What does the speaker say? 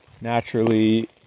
naturally